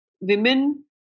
women